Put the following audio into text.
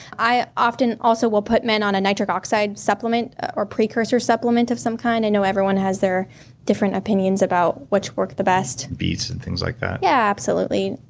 i often also will put men on a nitric oxide supplement, or precursor supplement of some kind. i know everyone has their different opinions about which work the best beets and things like that? yeah, absolutely.